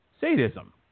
sadism